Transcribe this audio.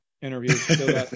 interview